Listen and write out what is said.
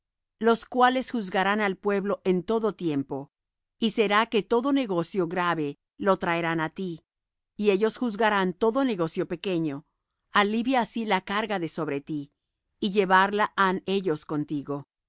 los cuales juzgarán al pueblo en todo tiempo y será que todo negocio grave lo traerán á ti y ellos juzgarán todo negocio pequeño alivia así la carga de sobre ti y llevarla han ellos contigo